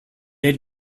had